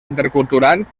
intercultural